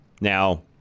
Now